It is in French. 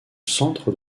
centre